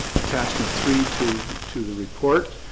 attachment three to to the report